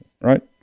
right